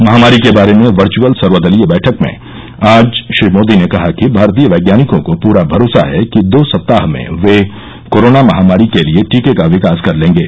महामारी के बारे में वर्घ्अल सर्वदलीय बैठक में आज श्री मोदी ने कहा कि भारतीय वैज्ञानिकों को पूरा भरोसा है कि दो सप्ताह में वे कोरोना महामारी के लिए टीके का विकास कर लेंगे